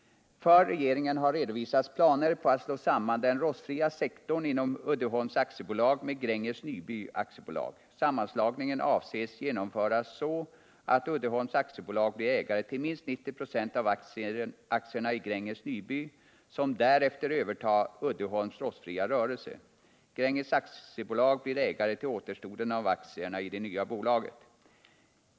För regeringen har redovisats planer på att slå samman den rostfria sektorn inom Uddeholms AB med Gränges Nyby AB. Sammanslagningen avses genomföras så att Uddeholms AB blir ägare till minst 90 96 av aktierna i Gränges Nyby AB som därefter övertar Uddeholms verksamhet i vad det gäller tillverkning av rostfria produkter. Gränges AB blir ägare till återstoden av aktierna i det nya bolaget.